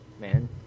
man